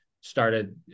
started